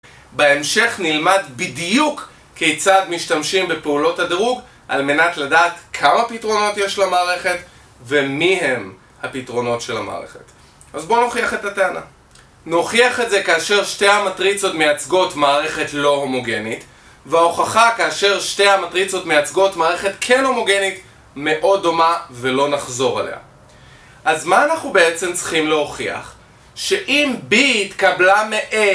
בהמשך נלמד בדיוק כיצד משתמשים בפעולות הדרוג על מנת לדעת כמה פתרונות יש למערכת ומיהם הפתרונות של המערכת. אז בואו נוכיח את הטענה. נוכיח את זה כאשר שתי המטריצות מייצגות מערכת לא הומוגנית וההוכחה כאשר שתי המטריצות מייצגות מערכת כן הומוגנית מאוד דומה ולא נחזור עליה. אז מה אנחנו בעצם צריכים להוכיח? שאם B התקבלה מ-A